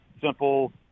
simple